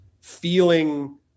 feeling